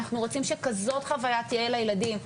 אנחנו רוצים שכזאת חוויה תהיה לילדים,